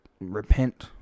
repent